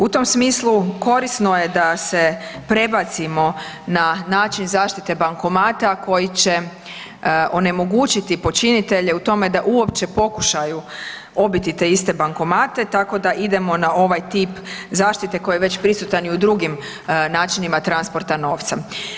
U tom smislu korisno je da se prebacimo na način zaštite bankomata koji će onemogućiti počinitelje u tome da uopće pokušaju obiti te iste bankomate, tako da idemo na ovaj tip zaštite koji je već prisutan i u drugim načinima transporta novca.